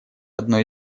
одной